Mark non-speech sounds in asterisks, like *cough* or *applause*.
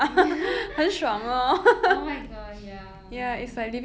*laughs* oh my god ya